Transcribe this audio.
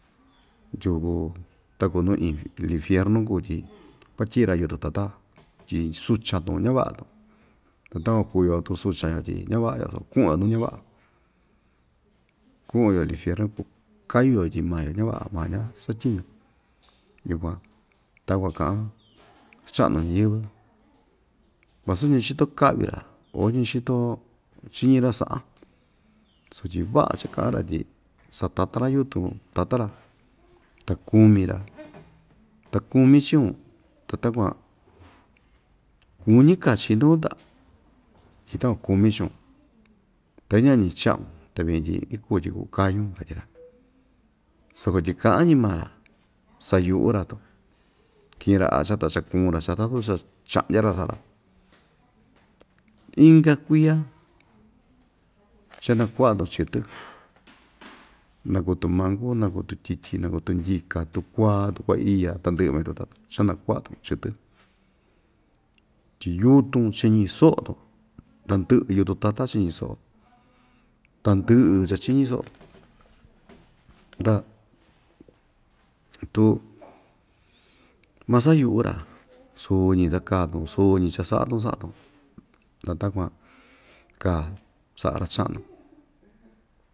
takuu nu iin infuernu kuu tyi kuatyi'i‑ra yutun tata tyi suchan‑tun ñava'a‑tun ta takuan kuu‑yo tu suchan‑yo tyi ñava'a‑yo su ku'un‑yo nu ñava'a ku'un‑yo lifernu kukayu‑yo tyi maa‑yo ñava'a ma ñasatyiñu yukuan takuan ka'an cha'nu ñiyɨ́vɨ vasu ñachito ka'vi‑ra o ñichito chiñí‑ra sa'an sutyi va'a cha‑ka'an‑ra tyi satatan‑ra yutun tata‑ra ta kumi‑ra ta kumí chiun ta takuan kuñi kachi nuu ta tyi takuan kumi chiun ta ña'ñi cha'un ta vityin tyi ikuu tyi kukayun katyi‑ra soko tyi ka'an ñima‑ra sayu'u‑ra tun ki'in‑ra acha ta chakuun‑ra chata‑tun chatatun cha cha'ndya‑ra sa'a‑ra inka kuia chanaku'a‑tun chɨtɨ naku tumanku naku tutyityi naku tundyika tukuaa tukuaiya tandɨ'ɨ ma chanaku'a‑tun chɨtɨ tyi yutun chiñi so'o‑tun tandɨ'ɨ yutun tata chiñi so'o tandɨ'ɨ chachíñi so'o nda tu masayu'u‑ra suñi ta kaa‑tun suñi cha‑sa'a‑tun sa'a‑tun ta takuan kaa sa'a ra‑cha'nu.